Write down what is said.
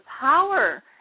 power